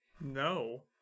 No